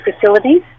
facilities